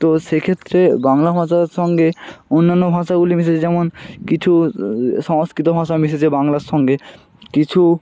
তো সেক্ষেত্রে বাংলা ভাষার সঙ্গে অন্যান্য ভাষাগুলি মিশেছে যেমন কিছু সংস্কৃত ভাষা মিশেছে বাংলার সঙ্গে কিছু